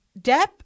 Depp